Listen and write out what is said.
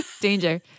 Danger